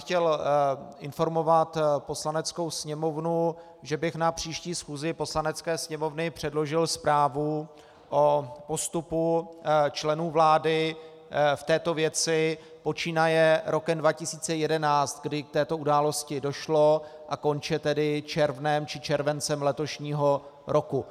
Chtěl bych informovat Poslaneckou sněmovnu, že bych na příští schůzi Poslanecké sněmovny předložil zprávu o postupu členů vlády v této věci počínaje rokem 2011, kdy k této události došlo, a konče červnem či červencem letošního roku.